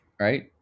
right